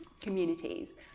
communities